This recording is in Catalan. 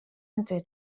entre